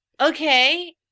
okay